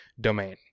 domain